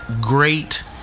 great